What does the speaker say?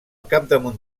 capdamunt